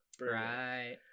Right